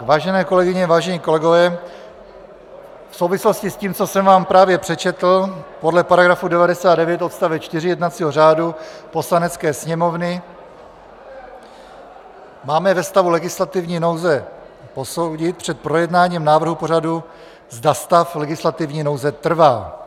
Vážené kolegyně, vážení kolegové, v souvislosti s tím, co jsem vám právě přečetl, podle § 99 odst. 4 jednacího řádu Poslanecké sněmovny máme ve stavu legislativní nouze posoudit před projednáním návrhu pořadu, zda stav legislativní nouze trvá.